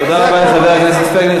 תודה רבה לחבר הכנסת פייגלין.